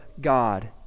God